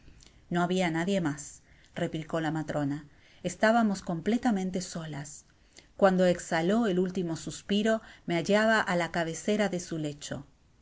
no habia nadie mas replicó la matrona estábamos completamente solas guando exhaló el último suspiro me hallaba á la cabecera de su lecho